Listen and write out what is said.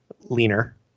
leaner